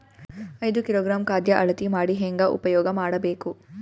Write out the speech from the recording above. ಐದು ಕಿಲೋಗ್ರಾಂ ಖಾದ್ಯ ಅಳತಿ ಮಾಡಿ ಹೇಂಗ ಉಪಯೋಗ ಮಾಡಬೇಕು?